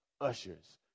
ushers